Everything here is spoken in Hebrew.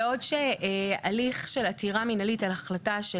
בעוד שהליך של עתירה מנהלית של עתירה על החלטה של